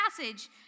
passage